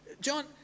John